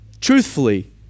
Truthfully